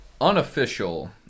unofficial